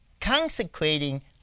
consecrating